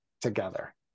together